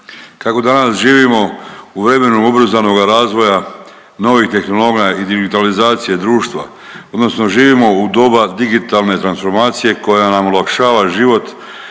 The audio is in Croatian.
Kako danas živimo u vremenu ubrzanoga razvoja, novih tehnologija i digitalizacije društva odnosno živimo u doba digitalne transformacije koja nam olakšava život,